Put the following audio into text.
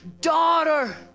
daughter